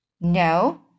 No